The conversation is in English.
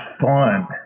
fun